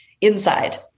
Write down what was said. inside